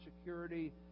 security